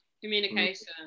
Communication